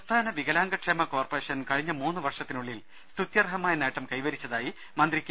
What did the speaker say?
സംസ്ഥാന വികലാംഗ ക്ഷേമ കോർപറേഷൻ കഴിഞ്ഞ മൂന്നുവർഷ ത്തിനുള്ളിൽ സ്തുത്യർഹമായ നേട്ടം കൈവരിച്ചതായി മന്ത്രി കെ